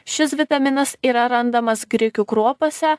šis vitaminas yra randamas grikių kruopose